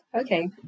Okay